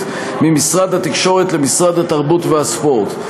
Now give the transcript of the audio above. ממשרד התקשורת למשרד התרבות והספורט.